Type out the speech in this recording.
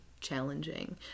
challenging